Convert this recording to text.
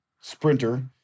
sprinter